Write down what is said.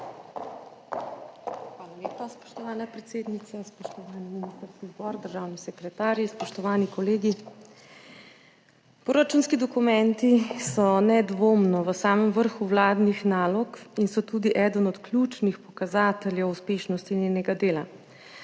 Hvala lepa, spoštovana predsednica. Spoštovani ministrski zbor, državni sekretarji, spoštovani kolegi! Proračunski dokumenti so nedvomno v samem vrhu vladnih nalog in so tudi eden od ključnih pokazateljev uspešnosti njenega dela.